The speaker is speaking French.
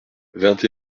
vingt